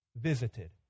visited